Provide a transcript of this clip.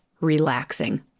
relaxing